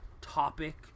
topic